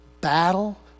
battle